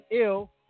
ill